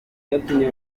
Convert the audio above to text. yafatiwe